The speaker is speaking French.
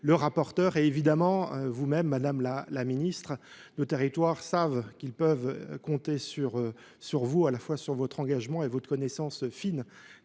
le rapporteur et, évidemment, par vous même, madame la ministre : nos territoires savent qu’ils peuvent compter sur vous, sur votre engagement et sur votre connaissance fine